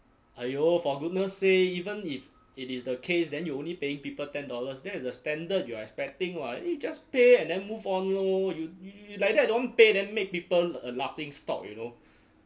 !aiyo! for goodness sake even if it is the case then you only paying people ten dollars that is the standard you are expecting [what] then you just pay and then move on loh you y~ y~ you like that don't want pay then make people a laughing stock you know